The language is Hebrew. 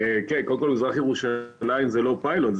קודם כל, מזרח ירושלים זה לא פיילוט.